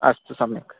अस्तु सम्यक्